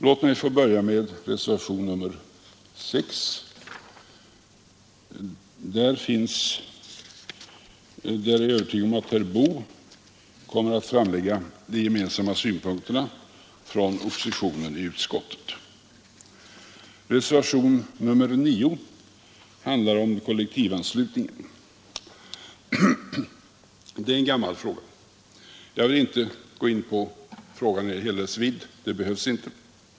Låt mig först beträffande reservationen 6 säga att jag är övertygad om att herr Boo kommer att framlägga oppositionens i utskottet gemensamma synpunkter i anslutning härtill. Reservationen 9 handlar om kollektivanslutningen. Det är en gammal fråga. Jag vill inte gå in på frågan i hela dess vidd — det behövs inte.